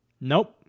Nope